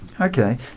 okay